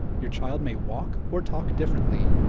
your child may walk or talk differently,